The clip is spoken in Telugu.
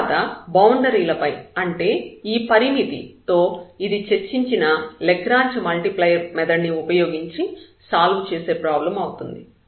తర్వాత బౌండరీలపై అంటే ఈ పరిమితి రెస్ట్రిక్షన్ తో ఇది మనం చర్చించిన లాగ్రాంజ్ మల్టిప్లైయర్ మెథడ్ ని ఉపయోగించి సాల్వ్ చేసే ప్రాబ్లమ్ అవుతుంది